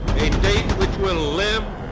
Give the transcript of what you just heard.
a date which will live